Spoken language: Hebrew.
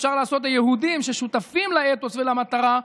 אפשר לעשות עם יהודים ששותפים לאתוס ולמטרה,